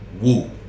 Woo